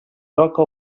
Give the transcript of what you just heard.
roca